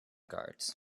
guards